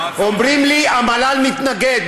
אומרים לי: המל"ל מתנגד.